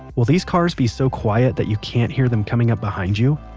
will these cars be so quiet that you can't hear them coming up behind you?